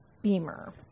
Beamer